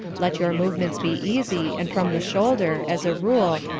let your movements be easy, and from the shoulder, as a rule,